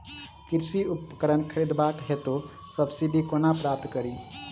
कृषि उपकरण खरीदबाक हेतु सब्सिडी कोना प्राप्त कड़ी?